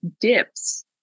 dips